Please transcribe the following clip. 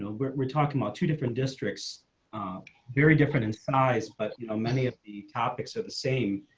we're talking about two different districts very different in size but you know many of the topics are the same.